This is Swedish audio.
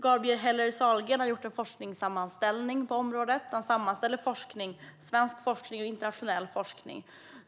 Gabriel Heller Sahlgren har gjort en sammanställning på området där han sammanställer svensk och internationell forskning.